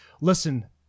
listen